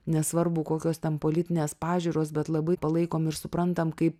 nesvarbu kokios ten politinės pažiūros bet labai palaikom ir suprantam kaip